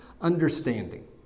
understanding